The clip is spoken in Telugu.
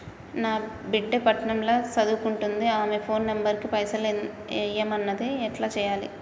నా బిడ్డే పట్నం ల సదువుకుంటుంది ఆమె ఫోన్ నంబర్ కి పైసల్ ఎయ్యమన్నది ఎట్ల ఎయ్యాలి?